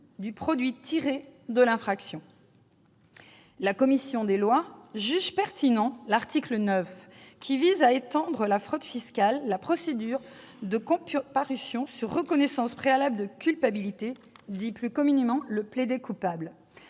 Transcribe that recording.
du produit tiré de l'infraction. La commission des lois juge pertinent l'article 9, qui vise à étendre à la fraude fiscale la procédure de comparution sur reconnaissance préalable de culpabilité, plus communément appelée le « plaider-coupable